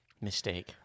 Mistake